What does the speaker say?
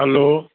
hello